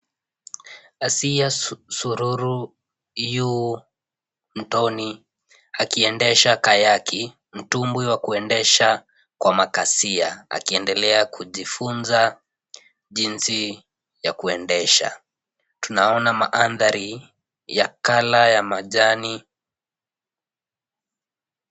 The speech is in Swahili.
Asiya Sururu yu mtoni akiendesha kayaki , mtumbwi wa kuendesha kwa makasia akiendelea kujifunza jinsi ya kuendesha. Tunaona mandhari ya kala ya majani.